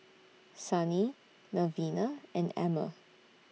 Sunny Melvina and Emmer